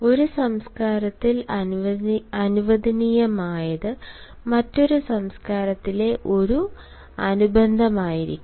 ഒരു സംസ്കാരത്തിൽ അനുവദനീയമായത് മറ്റൊരു സംസ്കാരത്തിലെ ഒരു അനുബന്ധമായിരിക്കാം